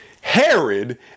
Herod